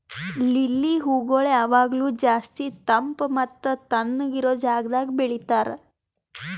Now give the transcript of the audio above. lily ಹೂಗೊಳ್ ಯಾವಾಗ್ಲೂ ಜಾಸ್ತಿ ತಂಪ್ ಮತ್ತ ತಣ್ಣಗ ಇರೋ ಜಾಗದಾಗ್ ಬೆಳಿತಾರ್